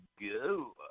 go